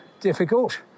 difficult